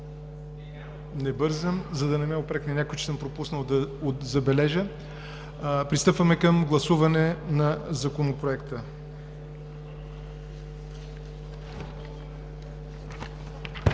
Не бързам, за да не ме упрекне някой, че съм пропуснал да забележа. Пристъпваме към гласуване на Законопроекта.